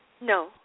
No